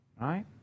Right